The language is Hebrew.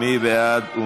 מי בעד?